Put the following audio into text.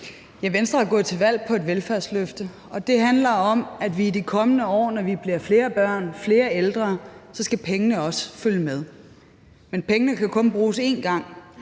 Venstre er gået til valg på et velfærdsløfte, og det handler om, at når der i de kommende år kommer flere børn og flere ældre, så skal pengene også følge med. Men pengene kan kun bruges én gang,